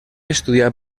estudià